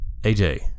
AJ